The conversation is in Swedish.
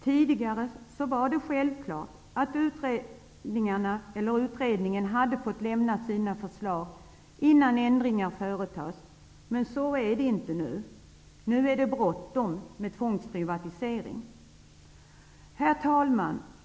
Tidigare var det självklart att utredningen skulle lämna sina förslag innen ändringar företogs. Men så är det inte nu. Nu är det bråttom med tvångsprivatiseringen. Herr talman!